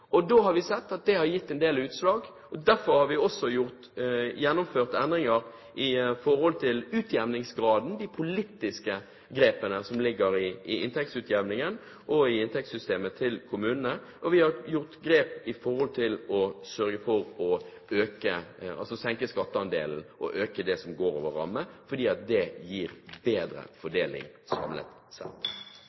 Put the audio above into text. inne. Da har vi sett at det har gitt en del utslag. Derfor har vi også gjennomført endringer når det gjelder utjevningsgraden – de politiske grepene som ligger i inntektsutjevningen og i inntektssystemet for kommunene. Og vi har gjort grep for å sørge for å senke skatteandelen og øke det som går over ramme, fordi det gir bedre fordeling samlet sett.